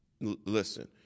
Listen